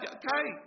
okay